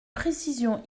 précision